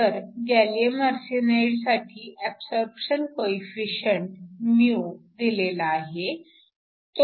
तर गॅलीअम आर्सेनाईडसाठी absorption coefficient μ दिलेला आहे